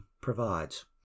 provides